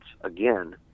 again